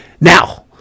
Now